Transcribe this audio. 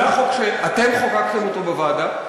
זה החוק שאתם חוקקתם בוועדה.